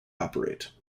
operate